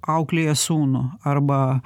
auklėja sūnų arba